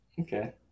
Okay